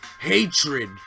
hatred